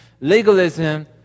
legalism